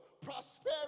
prosperity